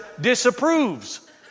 disapproves